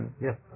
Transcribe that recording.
Yes